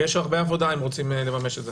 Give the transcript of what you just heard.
יש הרבה עבודה אם רוצים לממש את זה.